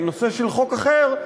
בנושא של חוק אחר,